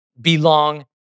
belong